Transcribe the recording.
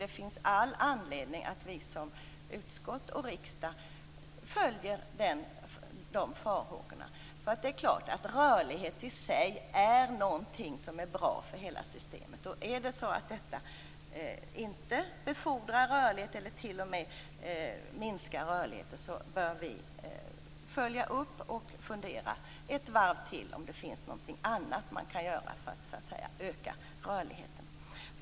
Det finns all anledning för oss i utskott och riksdag att beakta de farhågorna. Rörlighet i sig är någonting som är bra för hela systemet. Är det så att detta inte befordrar rörligheten eller t.o.m. minskar den, bör vi följa upp det och fundera ett varv till om det finns något annat man kan göra för att öka rörligheten.